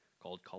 called